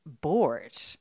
bored